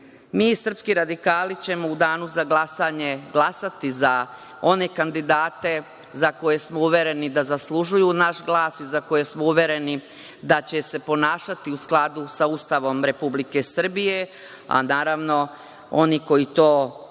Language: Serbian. srpski radikali, ćemo u danu za glasanje glasati za one kandidate za koje smo uvereni da zaslužuju naš glas i za koje smo uvereni da će se ponašati u skladu sa Ustavom Republike Srbije, a naravno, oni koji to ne